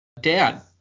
Dad